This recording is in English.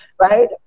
Right